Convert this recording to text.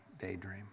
daydream